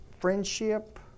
friendship